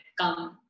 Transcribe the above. come